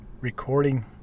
recording